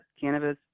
cannabis